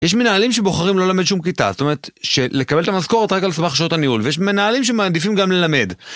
יש מנהלים שבוחרים לא למד שום כיתה, זאת אומרת שלקבל את המשכורת רק על סמך שעות הניהול, ויש מנהלים שמעדיפים גם ללמד.